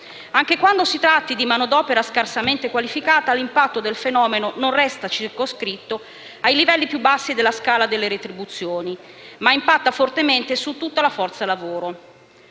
Anche quando si tratti di manodopera scarsamente qualificata, l'impatto del fenomeno non resta circoscritto ai livelli più bassi della scala delle retribuzioni, ma impatta fortemente su tutta la forza lavoro.